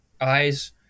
eyes